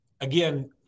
again